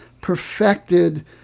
perfected